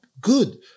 good